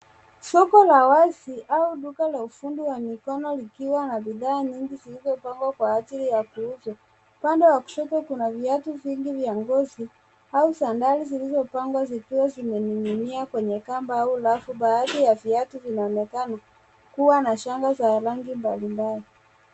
Soko la wazi au duka la ufundi wa mikono likiwa na bidhaa nyingi zilizopangwa kwa ajili ya kuuza, upande wa kushoto kuna viatu vingi vya ngozi au sandali zilizopangwa zikiwa zimeninginia kwenye kamba au rafu, baadhi ya viatu vinaonekana kua na shanga za rangi mbalimbali.